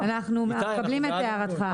אנחנו מקבלים את הערתך.